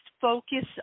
focus